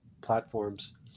platforms